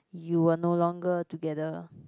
you were no longer together